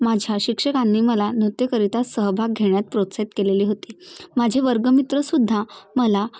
माझ्या शिक्षकांनी मला नृत्यकरीता सहभाग घेण्यात प्रोत्साहित केलेली होती माझे वर्गमित्र सुद्धा मला